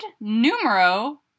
numero